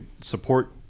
support